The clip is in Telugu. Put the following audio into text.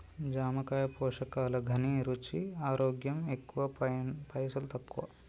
జామకాయ పోషకాల ఘనీ, రుచి, ఆరోగ్యం ఎక్కువ పైసల్ తక్కువ